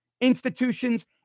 institutions